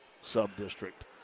Sub-District